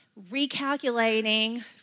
Recalculating